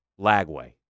Lagway